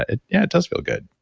ah yeah it does feel good.